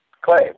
Clay